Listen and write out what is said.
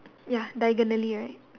ya diagonally right